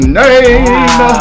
name